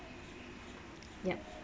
yup